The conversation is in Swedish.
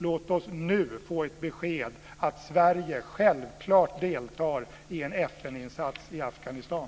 Låt oss nu få ett besked om att Sverige självklart deltar i en FN-insats i Afghanistan!